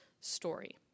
story